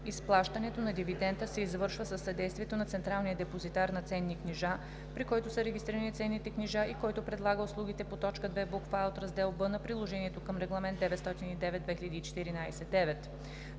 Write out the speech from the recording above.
„Изплащането на дивидента се извършва със съдействието на централния депозитар на ценни книжа, при който са регистрирани ценните книжа и който предлага услугите по т. 2, буква „а“ от раздел „Б“ на приложението към Регламент (ЕС)